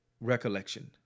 recollection